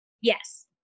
Yes